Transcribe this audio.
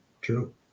True